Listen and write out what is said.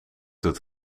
het